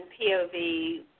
POV